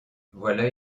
voilà